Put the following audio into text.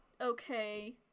okay